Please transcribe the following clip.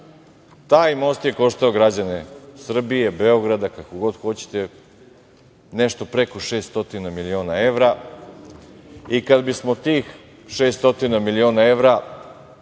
Taj most je koštao građane Srbije, Beograda, kako god hoćete, nešto preko 600 miliona evra. Kad bismo tih 600 miliona evra,